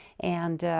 and